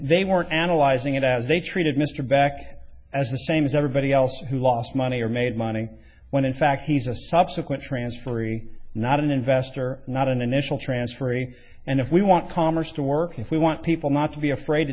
they were analyzing it as they treated mr back as the same as everybody else who lost money or made money when in fact he's a subsequent transferee not an investor not an initial transferee and if we want commerce to work if we want people not to be afraid to